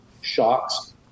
shocks